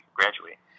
graduate